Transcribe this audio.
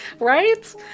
right